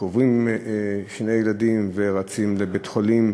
קוברים שני ילדים ורצים לבית-חולים,